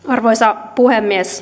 arvoisa puhemies